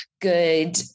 good